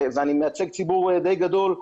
ואני מייצג ציבור די גדול,